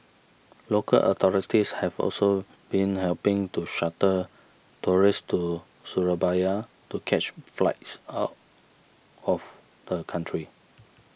local authorities have also been helping to shuttle tourists to Surabaya to catch flights out of the country